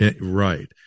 Right